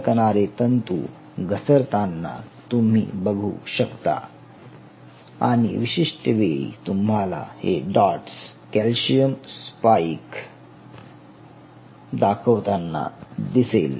सरकणारे तंतू घसरताना तुम्ही बघू शकता आणि विशिष्ट वेळी तुम्हाला हे डॉट्स कॅल्शियम स्पाईक दाखवताना दिसेल